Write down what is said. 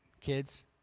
kids